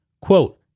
Quote